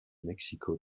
mexico